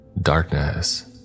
Darkness